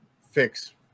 fix